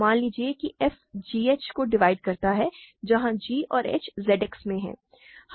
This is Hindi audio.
तो मान लीजिए कि f g h को डिवाइड करता है जहां g और h Z X में हैं